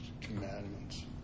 commandments